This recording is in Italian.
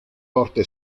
porte